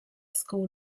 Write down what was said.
school